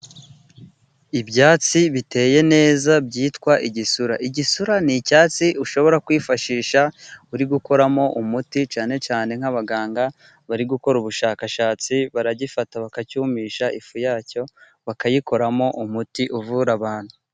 Ibyatsi biteye neza byitwa igisura, igisura ni icyatsi ushobora kwifashisha uri gukoramo umuti, cyane cyane nk'abaganga bari gukora ubushakashatsi, baragifata bakacyumisha ifu yacyo bakayikoramo umuti uvura abantu.